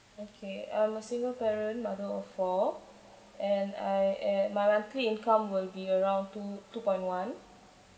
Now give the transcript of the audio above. okay I'm a single parent mother of four and I am my monthly income will be around two two point one